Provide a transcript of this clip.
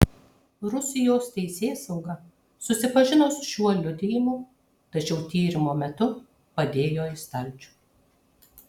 rusijos teisėsauga susipažino su šiuo liudijimu tačiau tyrimo metu padėjo į stalčių